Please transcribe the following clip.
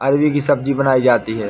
अरबी की सब्जी बनायीं जाती है